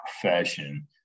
profession